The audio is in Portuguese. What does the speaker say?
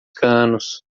canos